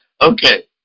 Okay